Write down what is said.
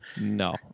No